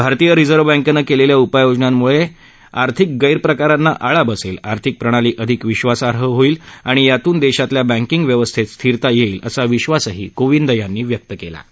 भारतीय रिझर्व्ह बँकेनं केलेल्या उपाययोजनांमुळे यामुळे आर्थिक गैरप्रकारांना आळा बसेल आर्थिक प्रणाली अधिक विश्वासार्ह होईल आणि यातून देशातल्या बँकीग व्यवस्थेत स्थिरता येईल असा विश्वासही राष्ट्रपती रामनाथ कोविंद यांनी व्यक्त केला आहे